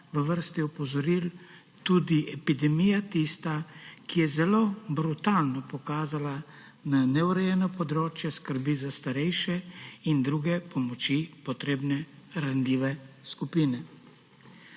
v vrsti opozoril tudi epidemija tista, ki je zelo brutalno pokazala na neurejeno področje skrbi za starejše in druge pomoči potrebne ranljive skupine.